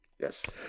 Yes